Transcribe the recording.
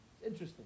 Interesting